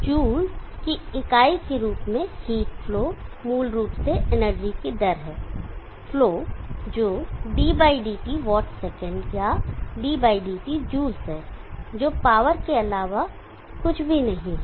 joule की इकाई के रूप में हीट हीट फ्लो मूल रूप से एनर्जी की दर है फ्लो जो ddt वाट सेकंड या ddt जूल है जो पावर के अलावा कुछ भी नहीं है